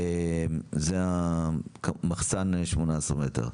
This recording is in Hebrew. זה המחסן 18 מטרים.